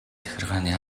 захиргааны